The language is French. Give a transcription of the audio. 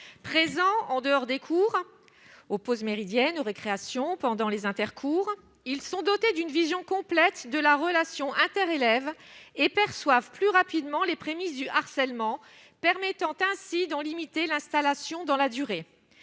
présent en dehors des cours au pause méridienne récréation pendant les intercours, ils sont dotés d'une vision complète de la relation inter-élèves et perçoivent plus rapidement les prémices du harcèlement, permettant ainsi d'en limiter l'installation dans la durée,